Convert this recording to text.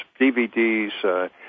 DVDs